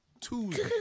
Tuesday